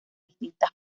distinta